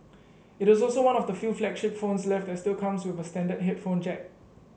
it is also one of the few flagship phones left that still comes with standard headphone jack